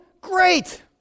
great